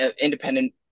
independent